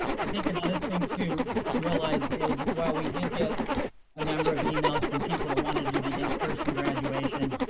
i think another thing to realize is while we did get a number of emails from people that wanna do the in person graduation,